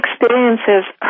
experiences